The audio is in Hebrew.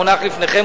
המונח לפניכם,